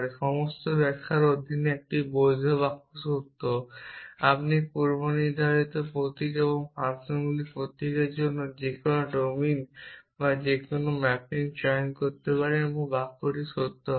সমস্ত ব্যাখ্যার অধীনে একটি বৈধ বাক্য সত্য আপনি পূর্বনির্ধারিত প্রতীক এবং ফাংশন প্রতীকগুলির জন্য যে কোনও ডোমিন এবং যে কোনও ম্যাপিং চয়ন করতে পারেন এবং বাক্যটি সত্য হবে